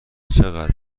چقدر